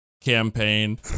Campaign